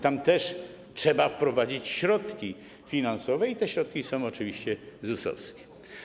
Tam też trzeba wprowadzić środki finansowe i te środki są oczywiście ZUS-owskie.